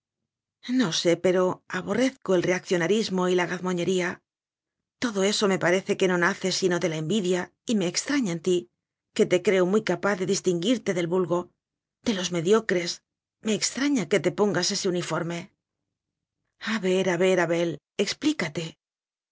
no sé pero aborrezco el reaccionarismo y la gazmoñería todo eso me parece que no nce sino de la envidia y me extraña en ti que te creo muy capaz de distinguirte del vulgo de los mediocres me extraña que te pongas ese uniforme a ver a ver abel explícate